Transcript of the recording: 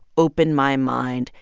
open my mind.